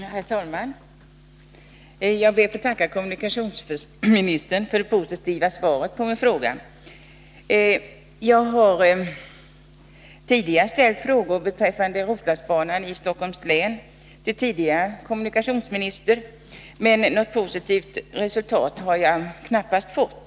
Herr talman! Jag ber att få tacka kommunikationsministern för det positiva svaret på min fråga. Jag har förut ställt frågor beträffande Roslagsbanan i Stockholms län till en tidigare kommunikationsminister, men något positivt resultat kunde jag knappast notera.